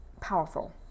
powerful